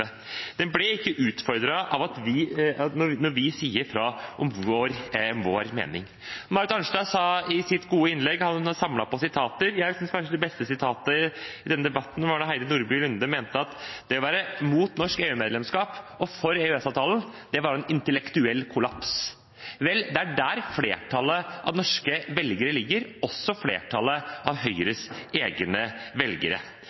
Den blir ikke utfordret når vi sier fra om vår mening. Marit Arnstad sa i sitt gode innlegg at hun samlet på sitater. Kanskje det beste å sitere fra denne debatten er at Heidi Nordby Lunde mente at det å være mot norsk EU-medlemskap og for EØS-avtalen var en «intellektuell kollaps». Vel, det er der flertallet av norske velgere ligger, også flertallet av Høyres egne velgere.